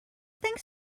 thanks